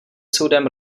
soudem